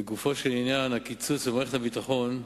לגופו של עניין, הקיצוץ במערכת הביטחון,